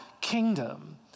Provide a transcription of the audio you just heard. kingdom